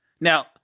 Now